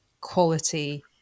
quality